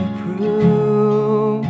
prove